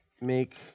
make